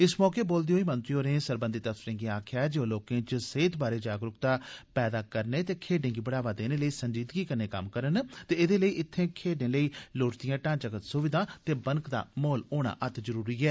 इस मौके बोलदे होई मंत्री होरें सरबंधित अफसरें गी आक्खेया जे ओ लोकें च सेहत बारै जागरुकता पैदा करने ते खेड्डें गी बढ़ावा देने लेई संजीदगी कन्नै कम्म करन कीजे एदे लेई इत्थे खेड्डे लेई लोड्चदियां ढांचागत सुविधां ते बनकदा माहोल होना अत जरुरी ऐ